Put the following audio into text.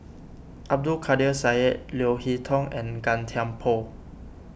Abdul Kadir Syed Leo Hee Tong and Gan Thiam Poh